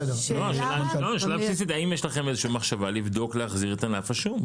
שאלה בסיסית האם יש לכם מחשבה לבדוק ולהחזיר את ענף השום?